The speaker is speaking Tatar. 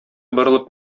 борылып